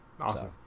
awesome